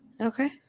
Okay